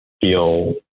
feel